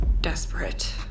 desperate